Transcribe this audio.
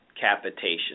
capitation